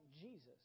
Jesus